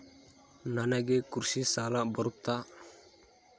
ನನಗೆ ಕೃಷಿ ಸಾಲ ಬರುತ್ತಾ?